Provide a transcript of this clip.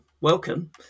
welcome